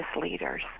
leaders